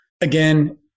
Again